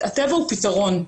הטבע הוא פתרון.